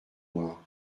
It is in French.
moi